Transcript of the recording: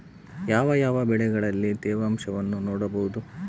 ಯಾವ ಯಾವ ಬೆಳೆಗಳಲ್ಲಿ ತೇವಾಂಶವನ್ನು ನೋಡಬಹುದು?